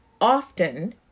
often